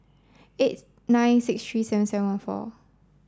eight nine six three seven seven one four